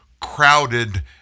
crowded